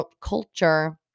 culture